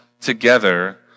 together